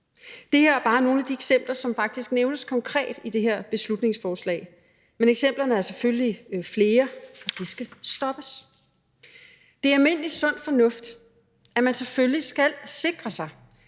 Det her er bare nogle af de eksempler, som faktisk nævnes konkret i det her beslutningsforslag, men eksemplerne er selvfølgelig flere, og det skal stoppes. Det er almindelig sund fornuft, at man selvfølgelig skal sikre sig,